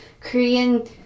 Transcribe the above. Korean